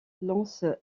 lances